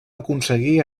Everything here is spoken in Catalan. aconseguir